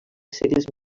segles